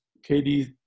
KD